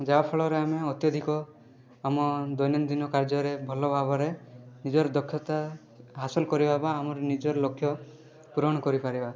ଯାହାଫଳରେ ଆମେ ଅତ୍ୟଧିକ ଆମ ଦୈନନ୍ଦିନ କାର୍ଯ୍ୟରେ ଭଲ ଭାବରେ ନିଜର ଦକ୍ଷତା ହାସଲ କରିହେବ ଆମର ନିଜର ଲକ୍ଷ୍ୟ ପୂରଣ କରିପାରିବା